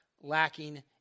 lacking